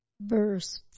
Verse